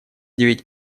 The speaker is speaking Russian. девять